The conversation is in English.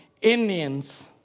Indians